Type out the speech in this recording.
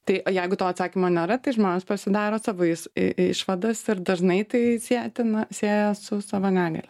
tai jeigu to atsakymo nėra tai žmonės pasidaro savais i išvadas ir dažnai tai sietina sieja su savo negalia